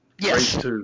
Yes